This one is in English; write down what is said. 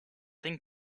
think